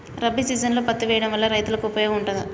రబీ సీజన్లో పత్తి వేయడం వల్ల రైతులకు ఉపయోగం ఉంటదా?